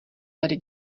tady